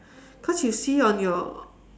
cause you see on your